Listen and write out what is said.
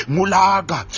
Mulaga